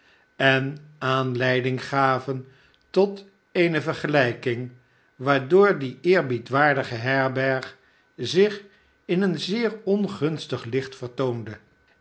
en aanleiding gaven tot eene vergelijking waardoor die eerbiedwaardige herberg zich in een zeer ongunstig licht vertoonde